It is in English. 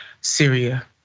Syria